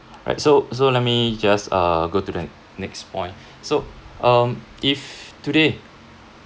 right so so let me just uh go to the next point so um if today